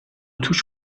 توش